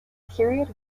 period